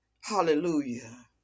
hallelujah